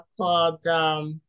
called